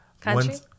country